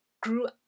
grew